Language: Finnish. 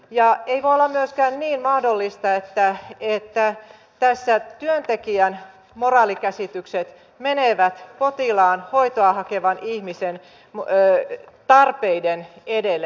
ja ei voi olla myöskään niin mahdollista että tässä työntekijän moraalikäsitykset menevät potilaan hoitoa hakevan ihmisen tarpeiden edelle